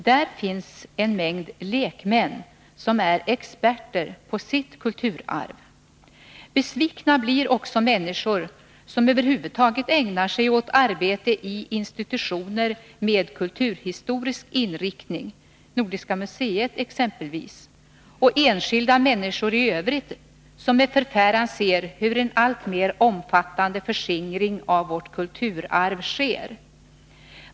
Där finns en mängd lekmän, som är experter på sitt kulturarv. Besvikna blir också människor som över huvud taget ägnar sig åt arbete i institutioner med kulturhistorisk inriktning — exempelvis Nordiska museet — och enskilda människor i övrigt, som med förfäran ser hur en alltmer omfattande förskingring av vårt kulturarv sker.